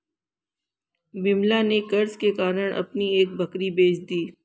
विमला ने कर्ज के कारण अपनी एक बकरी बेच दी